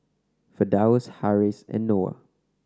Firdaus Harris and Noah